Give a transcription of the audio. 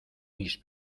mis